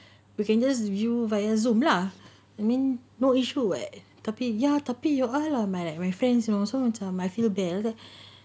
we can just view via zoom lah I mean no issue what tapi ya tapi you all are like my like my friends and also macam I feel bad then I was like